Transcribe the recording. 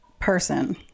person